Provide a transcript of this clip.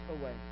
away